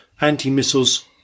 anti-missiles